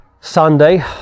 Sunday